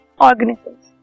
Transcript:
organisms